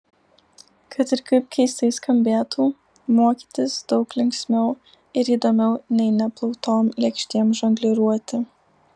kad ir kaip keistai skambėtų mokytis daug linksmiau ir įdomiau nei neplautom lėkštėm žongliruoti